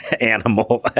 animal